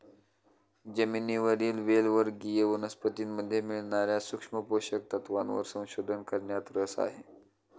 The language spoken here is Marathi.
जमिनीवरील वेल वर्गीय वनस्पतीमध्ये मिळणार्या सूक्ष्म पोषक तत्वांवर संशोधन करण्यात रस आहे